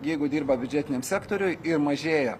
jeigu dirba biudžetiniam sektoriuj ir mažėja